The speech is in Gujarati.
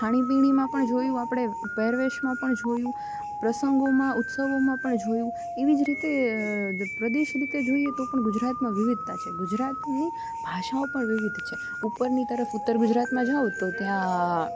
ખાણીપીણીમાં પણ જોયું આપણે પહેરવેશમાં પણ જોયું પ્રસંગોમાં ઉત્સવોમાં પણ જોયું એવી જ રીતે પ્રદેશ રીતે જોઈએ તો પણ ગુજરાતમાં વિવિધતા છે ગુજરાતની ભાષાઓ પણ વિવિધ છે ઉપરની તરફ ઉત્તર ગુજરાતમાં જાઓ તો ત્યાં